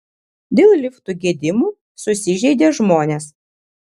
dėl liftų gedimų susižeidė žmonės